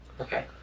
Okay